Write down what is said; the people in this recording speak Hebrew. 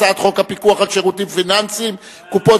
הצעת חוק הפיקוח על שירותים פיננסיים (קופות